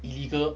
illegal